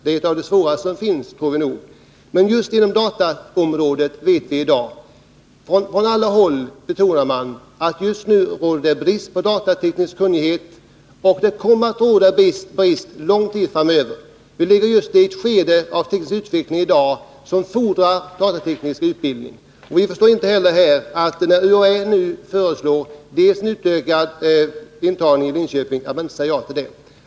Det är något av det svåraste som finns. Men från alla håll betonas i dag att det just nu råder brist på datatekniker och att denna brist kommer att bestå under lång tid framöver. Vi har just i dag ett skede av den tekniska utvecklingen som fordrar datateknisk utbildning. UHÄ föreslår nu en ökad intagning i Linköping, och vi förstår inte att man inte säger ja till det.